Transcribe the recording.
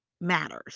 matters